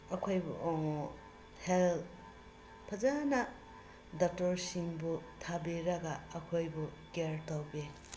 ꯑꯩꯈꯣꯏꯕꯨ ꯍꯦꯜꯠ ꯐꯖꯅ ꯗꯥꯛꯇꯔꯁꯤꯡꯕꯨ ꯊꯥꯕꯤꯔꯒ ꯑꯩꯈꯣꯏꯕꯨ ꯀꯤꯌꯥꯔ ꯇꯧꯕꯤ